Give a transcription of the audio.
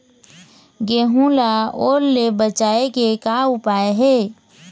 गेहूं ला ओल ले बचाए के का उपाय हे?